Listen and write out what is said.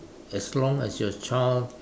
as long as your child